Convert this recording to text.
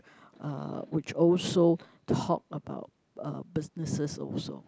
uh which also talk about uh businesses also